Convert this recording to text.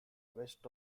west